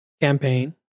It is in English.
campaign